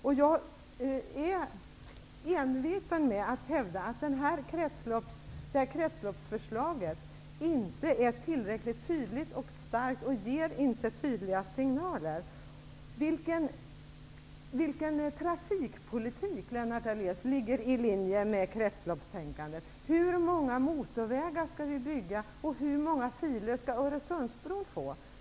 Jag är enveten med att hävda att detta kretsloppsförslag inte är tillräckligt tydligt och starkt och inte ger tydliga signaler. Vilken trafikpolitik, Lennart Daléus, ligger i linje med kretsloppstänkandet? Hur många motorvägar skall vi bygga, och hur många filer skall Öresundsbron få?